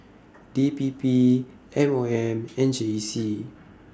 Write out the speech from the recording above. D P P M O M and J C